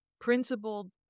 principled